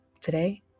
Today